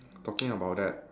talking about that